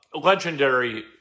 Legendary